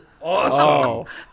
awesome